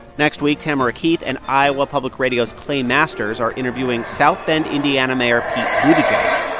next week, tamara keith and iowa public radio's clay masters are interviewing south bend, ind, and mayor pete buttigieg.